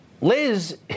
Liz